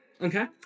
okay